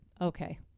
okay